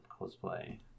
Cosplay